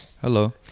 hello